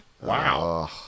Wow